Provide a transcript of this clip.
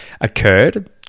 occurred